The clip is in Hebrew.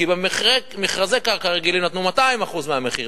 כי במכרזי קרקע רגילים נתנו 200% המחיר,